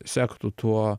sektų tuo